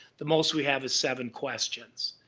the most we have is seven questions.